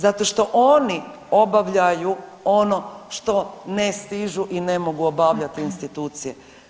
Zato što oni obavljaju ono što ne stižu i ne mogu obavljati institucije.